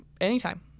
anytime